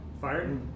Fired